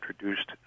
introduced